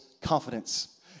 confidence